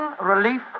Relief